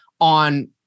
on